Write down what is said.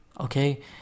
okay